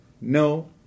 No